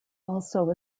also